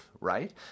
right